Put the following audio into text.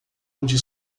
onde